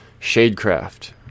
Shadecraft